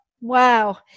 Wow